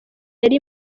yari